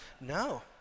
No